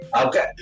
Okay